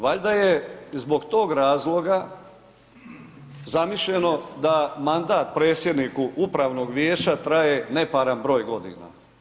Valjda je zbog tog razloga, zamišljeno da mandat predsjedniku Upravnog vijeća traje neparan broj godina.